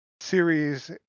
series